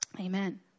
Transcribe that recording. Amen